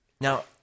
Now